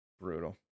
Brutal